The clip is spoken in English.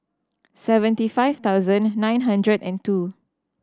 seventy five thousand nine hundred and two